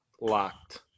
locked